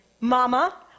Mama